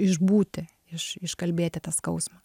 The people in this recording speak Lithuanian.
išbūti iš iškalbėti tą skausmą